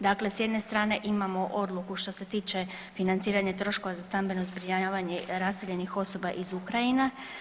Dakle, s jedne strane imamo odluku što se tiče financiranje troškova za stambeno zbrinjavanje raseljenih osoba iz Ukrajine.